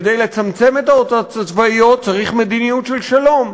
כדי לצמצם את ההוצאות הצבאיות צריך מדיניות של שלום,